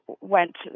went